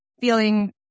feeling